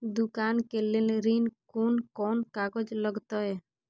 दुकान के लेल ऋण कोन कौन कागज लगतै?